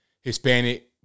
Hispanic